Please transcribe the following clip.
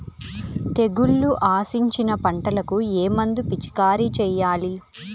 తెగుళ్లు ఆశించిన పంటలకు ఏ మందు పిచికారీ చేయాలి?